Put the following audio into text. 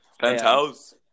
Penthouse